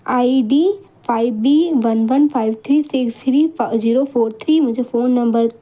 ID five B one one five three six three five zero four three मुंहिंजो phone number